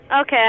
Okay